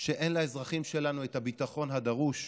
שאין לאזרחים שלנו את הביטחון הדרוש,